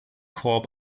korb